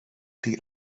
die